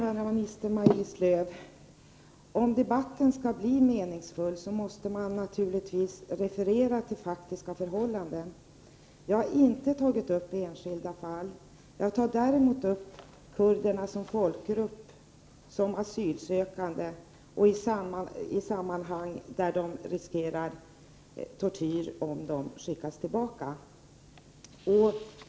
Fru talman! Om debatten skall bli meningsfull måste man naturligtvis referera till faktiska förhållanden. Jag har inte tagit upp enskilda fall. Jag tar däremot upp kurderna som folkgrupp, som asylsökande och i sammanhang där de riskerar tortyr, om de skickas tillbaka.